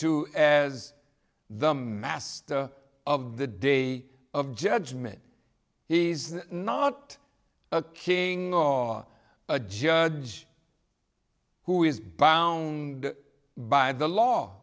to as the master of the day of judgment he's not a king or a judge who is bound by the law